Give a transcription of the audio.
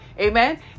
Amen